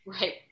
Right